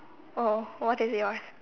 oh what is yours